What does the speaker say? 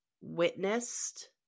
witnessed